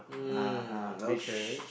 mm okay